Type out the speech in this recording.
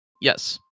Yes